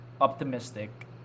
optimistic